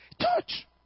Touch